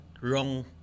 wrong